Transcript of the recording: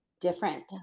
different